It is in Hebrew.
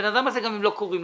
גם אם אין בעיה.